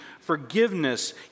forgiveness